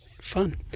Fun